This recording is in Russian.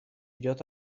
идет